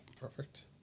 Perfect